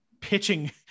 pitching